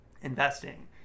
investing